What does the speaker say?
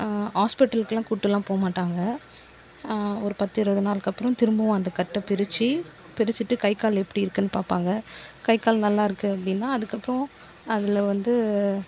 ஹாஸ்ப்பிட்டல்க்குலாம் கூட்டுலாம் போக மாட்டாங்க ஒரு பத்து இருபது நாளுக்கு அப்புறம் திரும்பவும் அந்த கட்டை பிரித்து பிரிச்சுட்டு கை கால் எப்படி இருக்குன்னு பார்ப்பாங்க கை கால் நல்லாயிருக்கு அப்படின்னா அதுக்கப்புறம் அதில் வந்து